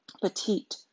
Petite